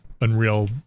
Unreal